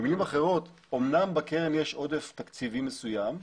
במילים אחרות, אמנם בקרן יש עודף תקציבי מסוים.